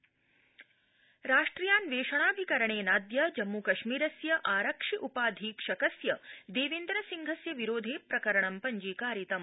N I A राष्ट्रियान्वेषणाभिकरणेनाद्य जम्मूकश्मीरस्य आरक्षि उपाधीक्षकस्य देवेन्द्ररसिंहस्य विरोधे प्रकरणं पञ्जीकारितम्